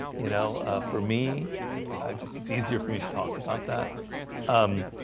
you know for me just it's easier for me to talk about that um